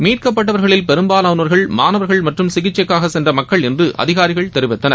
மீட்கப்பட்டவர்களில் பெரும்பாவானோர்கள் மானவர்கள் மற்றும் சிகிச்சைக்காக சென்ற மக்கள் என்று அதிகாரிகள் தெரிவித்துள்ளனர்